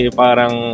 parang